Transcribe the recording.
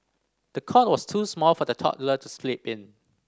the cot was too small for the toddler to sleep in